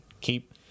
keep